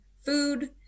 Food